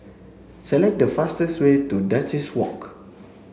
select the fastest way to Duchess Walk